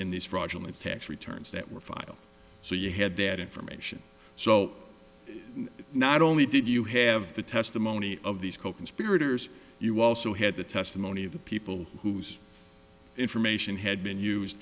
in these fraudulent tax returns that were filed so you had that information so not only did you have the testimony of these coconspirators you also had the testimony of the people whose information had been used